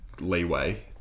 leeway